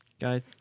guys